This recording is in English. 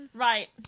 Right